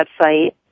website